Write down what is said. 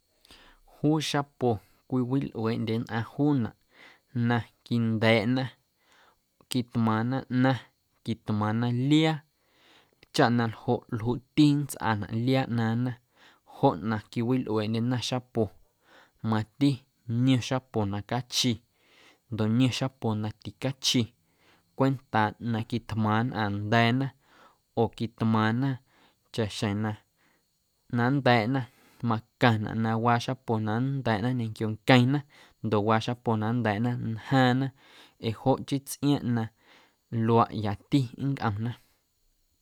Juu xapo cwiwilꞌueeꞌndye nnꞌaⁿ juunaꞌ na quinda̱a̱ꞌna, quitꞌmaaⁿna ꞌnaⁿ, quitꞌmaaⁿna liaa, chaꞌ na ljoꞌ ljuꞌti nntsꞌaanaꞌ liaa ꞌnaaⁿna joꞌ na quiwilꞌueeꞌndyena xapo, mati niom xapo na cachi ndoꞌ niom xapo na ticachi cwentaaꞌ na quitꞌmaaⁿ nnꞌaⁿ nnda̱a̱na oo quitꞌmaaⁿna chaꞌxjeⁿ na nnda̱a̱ꞌna macaⁿnaꞌ na waa xapo na nnda̱a̱ꞌna ñequio nqueⁿna ndoꞌ waa xapo na nnda̱a̱ꞌna ntjaaⁿna ee joꞌ chii tsꞌiaaⁿꞌ na luaaꞌ yati nncꞌomna.